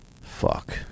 fuck